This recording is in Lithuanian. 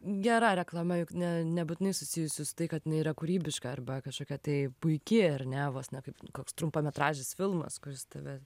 gera reklama juk ne nebūtinai susijusi su tai kad jinai yra kūrybiška arba kažkokia tai puiki ar ne vos ne kaip koks trumpametražis filmas kuris tave